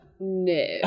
No